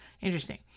Interesting